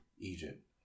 Egypt